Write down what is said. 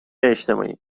اجتماعی